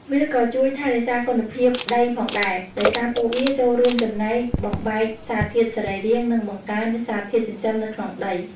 វាក៏ជួយថែរក្សាគុណភាពដីផងដែរ ដោយសារពួកវាចូលរួមចំណែកបំបែកសារធាតុសរីរាង្គ និងបង្កើនសារធាតុចិញ្ចឹមនៅក្នុងដី។